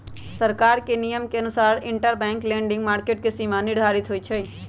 सरकार के नियम के अनुसार इंटरबैंक लैंडिंग मार्केट के सीमा निर्धारित होई छई